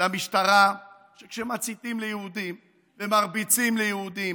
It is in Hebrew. למשטרה הוא שכשמציתים ליהודים ומרביצים ליהודים